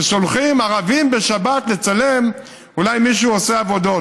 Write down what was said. ששולחים ערבים בשבת לצלם אולי מישהו עושה עבודות.